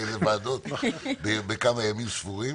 באיזה ועדות בכמה ימים ספורים